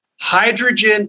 Hydrogen